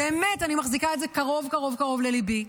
באמת, אני מחזיקה את זה קרוב קרוב לליבי.